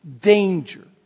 Danger